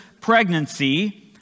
pregnancy